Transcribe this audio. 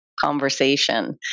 conversation